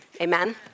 Amen